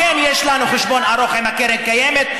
לכן יש לנו חשבון ארוך עם הקרן קיימת,